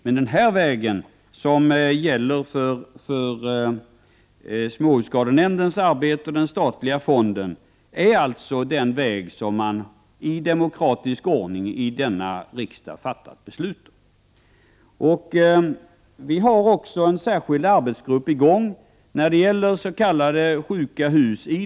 Men den väg som jag här har talat om — det gäller alltså småhusskadenämndens arbete och den statliga fonden — är den väg som riksdagen i demokratisk ordning har fattat beslut om. Vidare arbetar en särskild arbetsgrupp inom bostadsdepartementet med de s.k. sjuka husen.